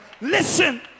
Listen